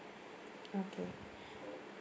okay